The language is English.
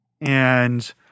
and-